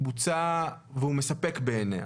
בוצע והוא מספק בעיניה.